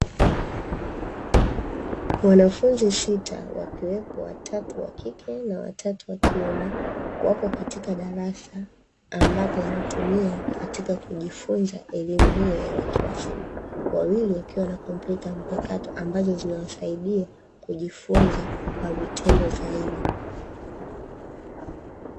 Wanafunzi sita wakiwepo watatu wa kike na watatu wa kiume, wapo katika darasa ambapo wanatumia katika kujifunza elimu hiyo ya watu wazima, wawili wakiwa na kompyuta mpakato ambazo zinawasaidia kujifunza kwa vitendo zaidi.